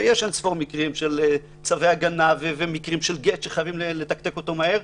ויש אין-ספור מקרים: של צווי הגנה או גט שחייבים לסיים מהר,